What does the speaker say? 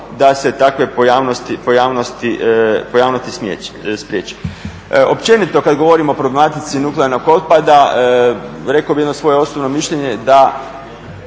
da se takve pojavnosti spriječe. Općenito kad govorimo o problematici nuklearnog otpada rekao bih jedno svoje osobno mišljenje da